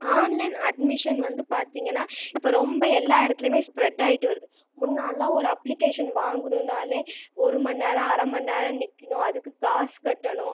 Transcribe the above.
online admission வந்து பார்த்தீங்கன்னா இப்போ ரொம்ப எல்லா இடத்தில் ஸ்ப்ரெட்டாகிட்டு வருவது முன்னாடிலாம் ஒரு அப்ளிகேஷன் வாங்கணும் நாளே ஒரு மணி நேரம் அரை மணி நேரம் நிற்கணும் அதுக்கு காசு கட்டணும்